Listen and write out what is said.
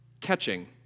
Catching